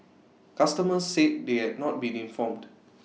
customers said they had not been informed